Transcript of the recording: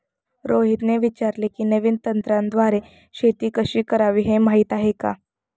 रोहितने विचारले की, नवीन तंत्राद्वारे शेती कशी करावी, हे माहीत आहे का?